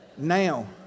now